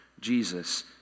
Jesus